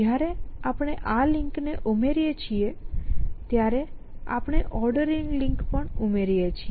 જયારે આપણે આ લિંકને ઉમેરીએ છીએ ત્યારે આપણે ઓર્ડરિંગ લિંક પણ ઉમેરીએ છીએ